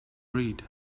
read